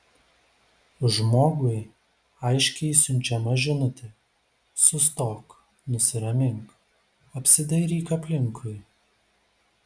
žmogui aiškiai siunčiama žinutė sustok nusiramink apsidairyk aplinkui